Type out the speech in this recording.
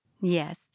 Yes